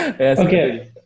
Okay